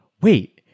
wait